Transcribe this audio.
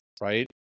right